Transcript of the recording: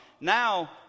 now